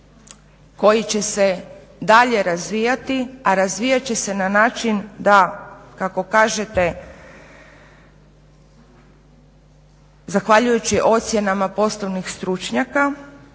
koji će se dalje razvijati, a razvijat će se na način da kako kažete zahvaljujući ocjenama poslovnih stručnjaka